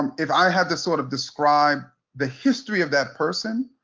um if i had to sort of describe the history of that person,